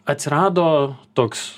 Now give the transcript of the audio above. atsirado toks